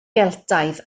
geltaidd